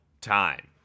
time